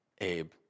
Abe